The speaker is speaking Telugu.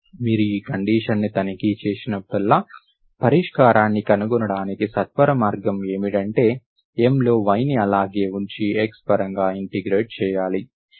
మీరు ఈ కండిషన్ ని తనిఖీ చేసినప్పుడల్లా పరిష్కారాన్ని కనుగొనడానికి సత్వరమార్గం ఏంటంటే M లో yని అలాగే ఉంచి x పరంగా ఇంటిగ్రేట్ చెయ్యాలి